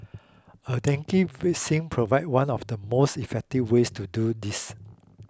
a dengue vaccine provides one of the most effective ways to do this